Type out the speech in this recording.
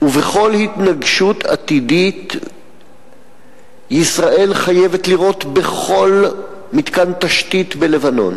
ובכל התנגשות עתידית ישראל חייבת לראות בכל מתקן תשתית בלבנון,